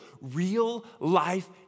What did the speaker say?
real-life